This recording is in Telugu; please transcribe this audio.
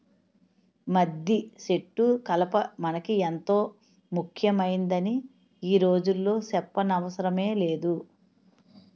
మద్దిసెట్టు కలప మనకి ఎంతో ముక్యమైందని ఈ రోజుల్లో సెప్పనవసరమే లేదు